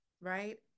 right